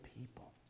people